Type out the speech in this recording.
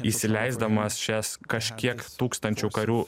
įsileisdamas šias kažkiek tūkstančių karių